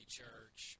church